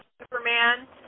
Superman